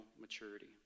maturity